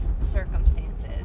circumstances